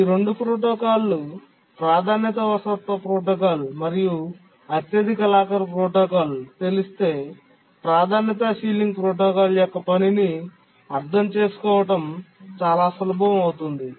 ఈ రెండు ప్రోటోకాల్లు ప్రాధాన్యతా వారసత్వ ప్రోటోకాల్ మరియు అత్యధిక లాకర్ ప్రోటోకాల్ తెలిస్తే ప్రాధాన్యత సీలింగ్ ప్రోటోకాల్ యొక్క పనిని అర్థం చేసుకోవడం చాలా సులభం అవుతుంది